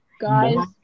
guys